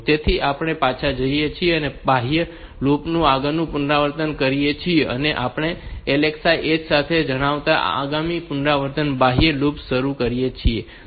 તેથી આપણે પાછા જઈએ છીએ અને બાહ્ય લૂપ નું આગલું પુનરાવર્તન શરૂ કરીએ છીએ અને આપણે આ LXI H સાથે જણાવતા આગામી પુનરાવર્તિત બાહ્ય લૂપ્સ શરૂ કરીએ છીએ